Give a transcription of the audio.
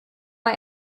bei